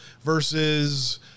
versus